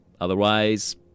Otherwise